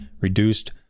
reduced